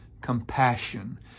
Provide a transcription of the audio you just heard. compassion